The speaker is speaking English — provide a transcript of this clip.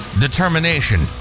determination